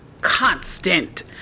constant